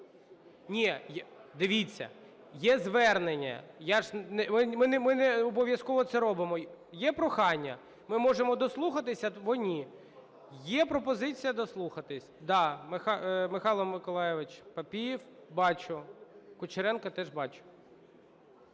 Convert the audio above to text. Ні, дивіться, є звернення, я ж... Ми не обов'язково це робимо. Є прохання – ми можемо дослухатися або ні. Є пропозиція дослухатися. Да, Михайло Миколайович Папієв, бачу. Кучеренко, теж бачу.